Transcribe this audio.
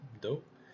dope